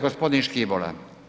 Gospodin Škibola.